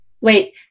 wait